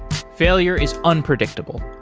failure is unpredictable.